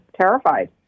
terrified